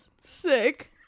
sick